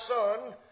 son